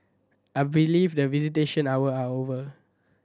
I believe that visitation hour are over